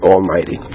Almighty